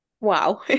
Wow